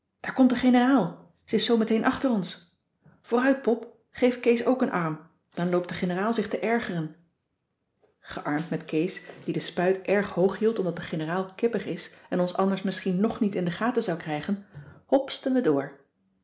daar komt de generaal ze is zoo meteen achter ons vooruit pop geef kees ook een arm dan loopt de generaal zich te ergeren gearmd met kees die de spuit erg hoog cissy van marxveldt de h b s tijd van joop ter heul hield omdat de generaal kippig is en ons anders misschien nog niet in de gaten zou krijgen hopsten we door